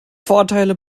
vorteile